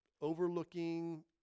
overlooking